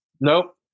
nope